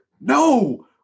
no